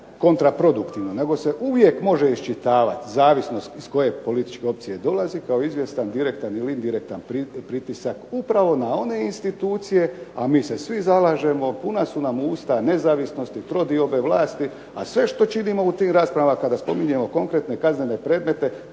kontraproduktivno, nego se uvijek može iščitavati zavisno iz koje političke opcije dolazi, kao izvjestan direktan ili indirektan pritisak upravo na one institucije, a mi se svi zalažemo, puna su nam usta nezavisnosti, trodiobe vlasti, a sve što činimo u tim raspravama kada spominjemo konkretne kaznene predmete,